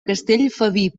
castellfabib